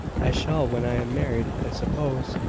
i shall when i am married, i suppose,